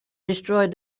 destroyed